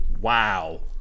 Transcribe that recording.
Wow